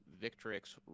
Victrix